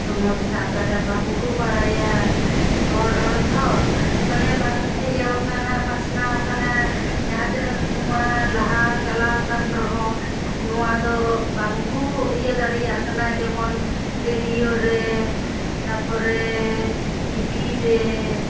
ᱥᱳᱢᱳᱥᱥᱟᱜ ᱠᱟᱱᱟ ᱵᱟᱝ ᱠᱚ ᱵᱟᱲᱟᱭᱟ ᱦᱚᱲ ᱨᱚᱲ ᱛᱷᱚ ᱢᱟᱱᱮ ᱵᱟᱝ ᱤᱭᱟᱹ ᱟᱠᱟᱱᱟ ᱯᱟᱥᱱᱟᱣ ᱟᱠᱟᱱᱟ ᱡᱟᱦᱟᱸ ᱛᱤᱱᱟᱹᱜ ᱱᱚᱣᱟ ᱞᱟᱦᱟ ᱪᱟᱞᱟᱣ ᱟᱠᱟᱱ ᱨᱮᱦᱚᱸ ᱱᱚᱣᱟᱫᱚ ᱵᱟᱝ ᱠᱚ ᱤᱭᱟᱹ ᱫᱟᱲᱮᱭᱟᱜ ᱠᱟᱱᱟ ᱡᱮᱢᱚᱱ ᱨᱮᱰᱭᱳ ᱨᱮ ᱛᱟᱯᱚᱨᱮ ᱴᱤᱵᱷᱤ ᱨᱮ